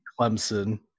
Clemson